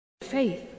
faith